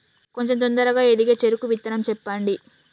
కొంచం తొందరగా ఎదిగే చెరుకు విత్తనం చెప్పండి?